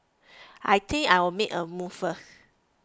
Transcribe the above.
I think I'll make a move first